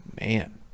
Man